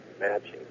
matching